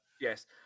Yes